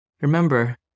Remember